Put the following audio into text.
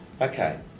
Okay